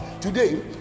today